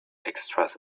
extras